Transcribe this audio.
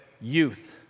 youth